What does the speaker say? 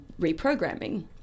reprogramming